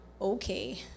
Okay